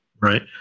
right